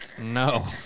No